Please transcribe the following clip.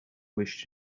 wish